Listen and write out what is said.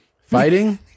fighting